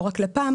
לא רק לפ"ם,